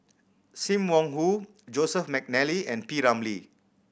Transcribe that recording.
Sim Wong Hoo Joseph McNally and P Ramlee